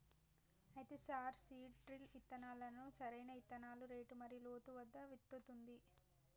అయితే sir seed drill ఇత్తనాలను సరైన ఇత్తనాల రేటు మరియు లోతు వద్ద విత్తుతుంది